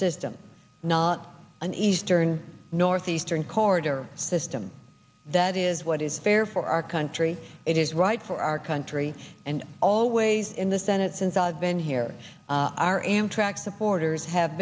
system not an eastern northeastern corridor system that is what is fair for our country it is right for our country and always in the senate since i've been here our amtrak supporters have